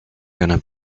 gonna